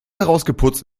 herausgeputzt